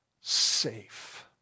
safe